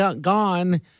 gone